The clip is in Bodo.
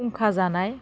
हुंखा जानाय